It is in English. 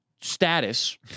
status